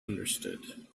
understood